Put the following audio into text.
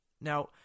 Now